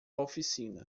oficina